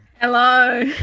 hello